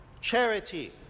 Charity